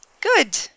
Good